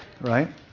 right